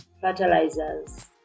fertilizers